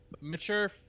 mature